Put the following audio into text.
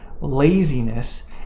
laziness